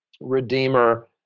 Redeemer